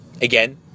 Again